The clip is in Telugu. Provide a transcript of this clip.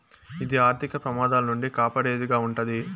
ఇది ఆర్థిక ప్రమాదాల నుండి కాపాడేది గా ఉంటది